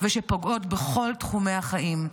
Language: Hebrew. שפוגעות בכל תחומי החיים.